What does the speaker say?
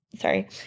sorry